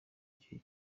gihe